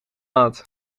had